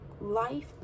life